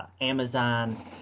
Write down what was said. Amazon